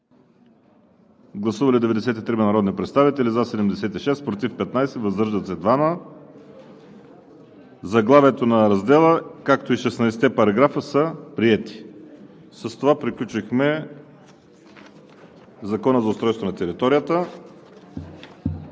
Гласували 93 народни представители: за 76, против 15, въздържали се 2. Заглавието на раздела, както и 16-те параграфа са приети. С това приключихме Закона за устройство на територията.